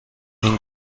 این